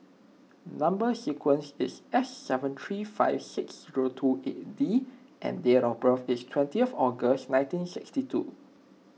Number Sequence is S seven three five six zero two eight D and date of birth is twentieth August nineteen sixty two